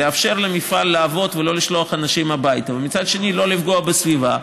לאפשר למפעל לעבוד ולא לשלוח אנשים הביתה ומצד שני לא לפגוע בסביבה,